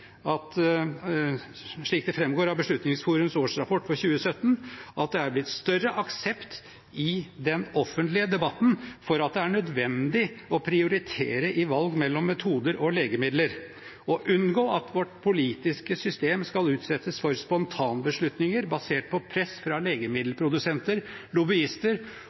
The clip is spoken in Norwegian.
at det, slik det framgår av Beslutningsforums årsrapport for 2017, er blitt større aksept i den offentlige debatten for at det er nødvendig å prioritere i valg mellom metoder og legemidler. Å unngå at vårt politiske system skal utsettes for spontanbeslutninger basert på press fra legemiddelprodusenter,